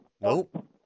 Nope